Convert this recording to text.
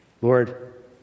Lord